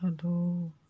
Hello